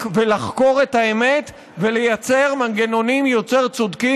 ולחקור את האמת ולייצר מנגנונים יותר צודקים,